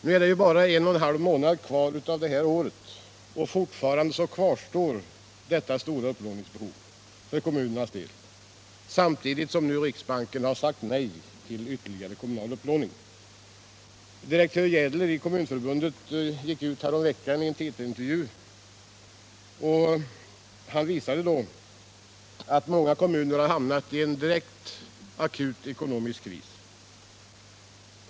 Nu är det bara en och en halv månad kvar på året, och fortfarande kvarstår detta stora upplåningsbehov för kommunernas del — samtidigt som riksbanken nu har sagt nej till ytterligare kommunal upplåning. Direktör Jädler i Kommunförbundet konstaterade häromveckan i en TT intervju att många kommuner nu har hamnat i en direkt akut ekonomisk kris.